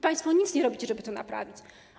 Państwo nic nie robicie, żeby to naprawić.